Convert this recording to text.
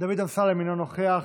דוד אמסלם, אינו נוכח,